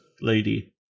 lady